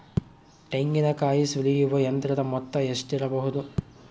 ತೆಂಗಿನಕಾಯಿ ಸುಲಿಯುವ ಯಂತ್ರದ ಮೊತ್ತ ಎಷ್ಟಿರಬಹುದು?